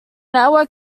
network